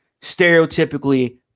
stereotypically